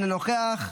אינו נוכח,